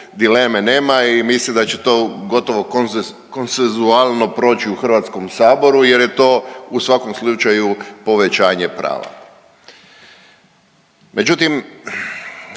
dileme nema i mislim da će to gotovo konsensualno proći u HS-u jer je to u svakom slučaju povećanje prava. Međutim,